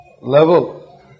level